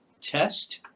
test